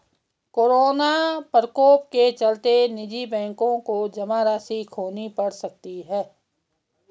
corona प्रकोप के चलते निजी बैंकों को जमा राशि खोनी पढ़ सकती है